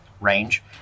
range